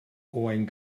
owain